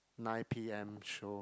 nine P_M show